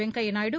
Venkaiah Naidu